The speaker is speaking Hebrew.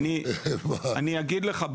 אגיד לך.